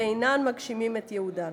ואינם מגשימים את ייעודם.